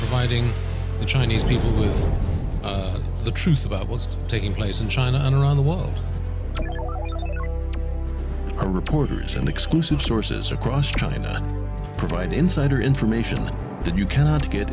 fighting the chinese people with the truth about what's taking place in china and around the world are reporters and exclusive sources across china provide insider information that you cannot get